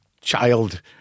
child